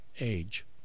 Age